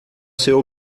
seu